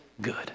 good